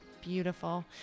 Beautiful